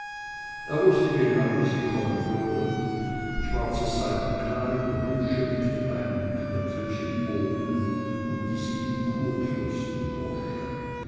er wußte genau wie sie kommen würde schwarzes seidenkleid rüsche mit kleinen knöpfelchen oben und die sieben kurfür